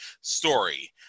story